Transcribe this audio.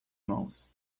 mãos